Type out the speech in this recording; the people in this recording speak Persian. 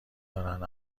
دارند